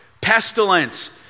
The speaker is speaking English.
pestilence